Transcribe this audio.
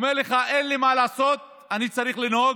הוא אומר לך: אין לי מה לעשות, אני צריך לנהוג,